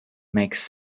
makes